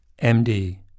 MD